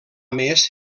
més